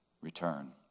return